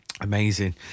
Amazing